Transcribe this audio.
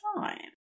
time